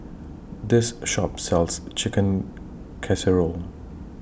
This Shop sells Chicken Casserole